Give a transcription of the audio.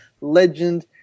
legend